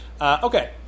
Okay